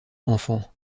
enfant